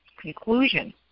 conclusion